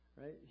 Right